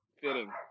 fitting